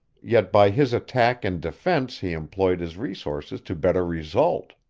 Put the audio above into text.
yet by his attack and defense he employed his resources to better result.